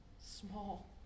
small